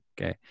okay